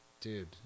dude